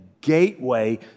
gateway